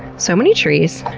so many trees.